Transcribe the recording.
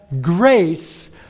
grace